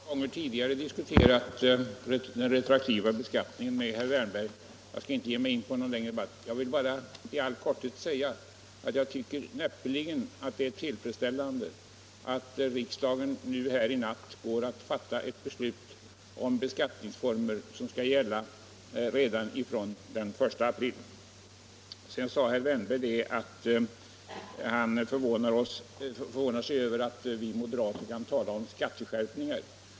Herr talman! Jag har många gånger tidigare diskuterat den retroaktiva beskattningen med herr Wärnberg. Jag skall inte ge mig in på någon längre debatt. Jag vill bara i all korthet säga att jag näppeligen tycker att det är tillfredsställande att riksdagen nu går att fatta ett beslut om beskattningsformer som skall gälla redan från den 1 april. Herr Wärnberg sade att han förvånar sig över att vi moderater kan tala om skatteskärpningar.